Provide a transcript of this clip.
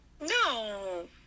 No